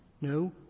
no